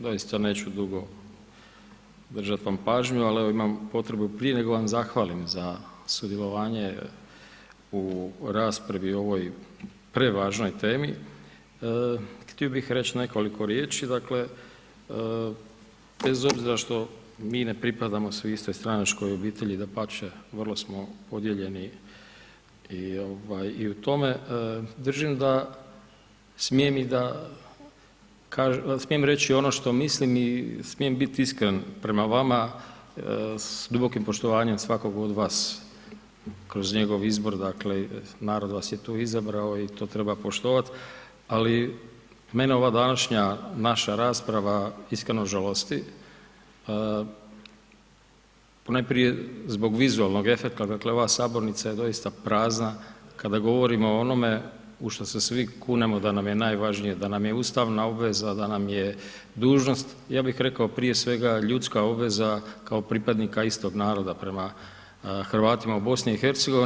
Doista neću dugo držati vam pažnju ali evo imam potrebu prije nego vam zahvalim za sudjelovanje u raspravi o ovoj prevažnoj temi, htio bih reći nekoliko riječi, dakle bez obzira što mi ne pripadamo svi istoj stranačkoj obitelji, dapače, vrlo smo podijeljeni i u tome, držim da smijem reći ono što mislim i smijem biti iskren prema vama s dubokim poštovanjem svakog od vas kroz njegov izbor, dakle narod vas je tu izabrao i to treba poštovati ali mene ova današnja naša rasprava iskreno žalosti ponajprije zbog vizualnog efekta, dakle ova sabornica je doista prazna kada govorimo o onome u što se svi kunemo da nam je najvažnije, da nam je ustavna obveza, da nam je dužnost, ja bih rekao prije svega ljudska obveza kao pripadnika istog naroda prema Hrvatima u BiH.